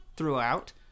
throughout